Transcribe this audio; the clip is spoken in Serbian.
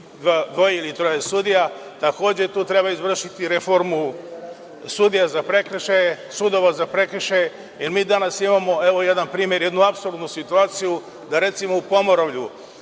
dvoje ili troje sudija. Takođe, tu treba izvršiti reformu sudova za prekršaje, jer mi danas imamo, evo jedan primer, jednu apsurdnu situaciju, da recimo u Pomoravlju